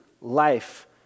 life